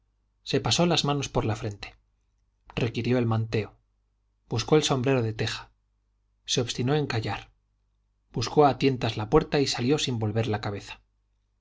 se pasó las manos por la frente requirió el manteo buscó el sombrero de teja se obstinó en callar buscó a tientas la puerta y salió sin volver la cabeza